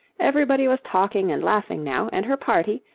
everybody was talking and laughing now, and her party,